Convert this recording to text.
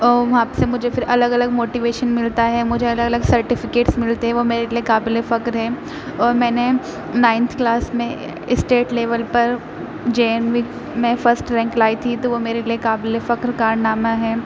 اور وہاں سے مجھے پھر الگ الگ موٹیویشن ملتا ہے مجھے الگ الگ سرٹیفکیٹس ملتے ہیں وہ میرے لیے قابل فخر ہیں اور میں نے نائنتھ کلاس میں اسٹیٹ لیول پر جے این وی میں فسٹ رینک لائی تھی تو وہ میرے لیے قابل فخر کارنامہ ہے